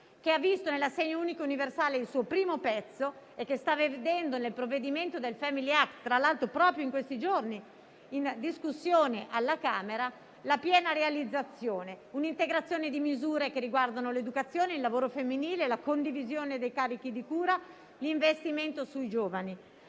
con l'assegno unico universale e che vede nel provvedimento del *family act* - tra l'altro proprio in questi giorni in discussione alla Camera - la piena realizzazione. Si tratta di un'integrazione di misure che riguardano l'educazione, il lavoro femminile, la condivisione dei carichi di cura e l'investimento sui giovani.